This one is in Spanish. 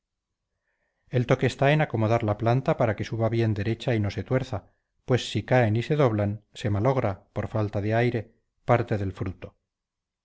el toque está en acomodar la planta para que suba bien derecha y no se tuerza pues si caen y se doblan se malogra por falta de aire parte del fruto